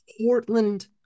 Portland